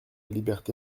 liberté